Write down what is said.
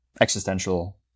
existential